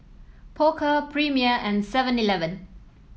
Pokka Premier and Seven Eleven